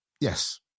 Yes